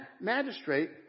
magistrate